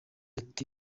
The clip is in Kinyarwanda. ati